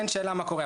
אין שאלה מה קורה.